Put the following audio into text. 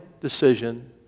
decision